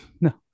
No